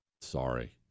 Sorry